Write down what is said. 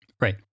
Right